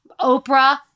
Oprah